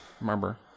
Remember